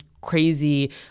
crazy